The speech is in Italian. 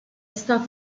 stato